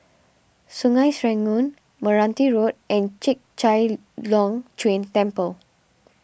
Sungei Serangoon Meranti Road and Chek Chai Long Chuen Temple